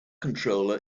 controller